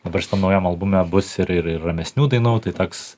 dabar šitam naujam albume bus ir ir ir ramesnių dainų tai toks